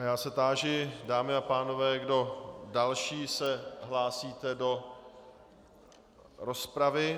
Já se táži, dámy a pánové, kdo další se hlásí do rozpravy.